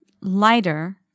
Lighter